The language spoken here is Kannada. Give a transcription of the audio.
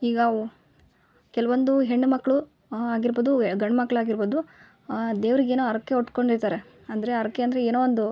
ಈಗ ಉ ಕೆಲವೊಂದು ಹೆಣ್ಣ್ಮಕ್ಕಳು ಆಗಿರ್ಬೋದು ಗಂಡ್ಮಕ್ಳು ಆಗಿರ್ಬೋದು ದೇವರಿಗೇನೋ ಹರಕೆ ಹೊತ್ಕೊಂಡು ಇರ್ತಾರೆ ಅಂದರೆ ಹರಕೆ ಅಂದರೆ ಏನೋ ಒಂದು